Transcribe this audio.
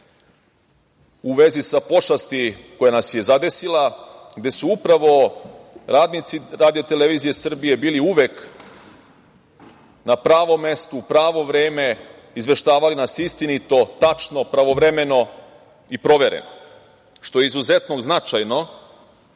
u vezi za pošasti koja nas je zadesila, gde su upravo radnici RTS bili uvek na pravom mestu u pravo vreme, izveštavali nas istinito, tačno, pravovremeno i provereno, što je izuzetno značajno